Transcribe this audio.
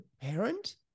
parent